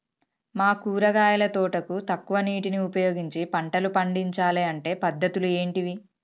మా కూరగాయల తోటకు తక్కువ నీటిని ఉపయోగించి పంటలు పండించాలే అంటే పద్ధతులు ఏంటివి?